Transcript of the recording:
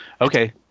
Okay